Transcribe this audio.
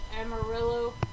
amarillo